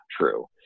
true